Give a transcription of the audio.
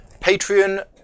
Patreon